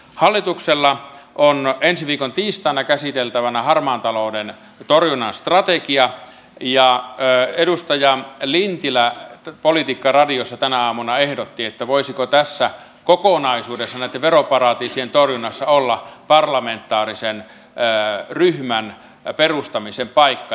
hallituksella on ensi viikon tiistaina käsiteltävänä harmaan talouden torjunnan strategia ja edustaja lintilä politiikkaradiossa tänä aamuna ehdotti voisiko tässä kokonaisuudessa näitten veroparatiisien torjunnassa olla parlamentaarisen ryhmän perustamisen paikka